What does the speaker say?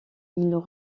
ils